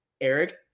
Eric